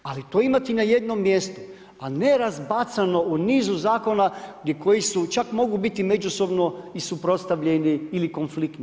Ali to imati na jednom mjestu, a ne razbacano u nizu zakona koji su, čak mogu biti međusobno i suprotstavljeni ili konfliktni.